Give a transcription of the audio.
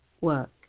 work